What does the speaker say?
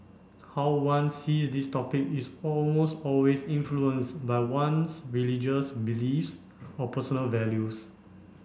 how one sees these topic is almost always influenced by one's religious beliefs or personal values